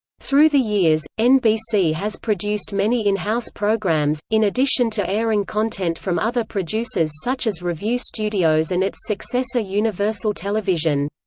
through the years, nbc has produced many in-house programs, in addition to airing content from other producers such as revue studios and its successor universal television.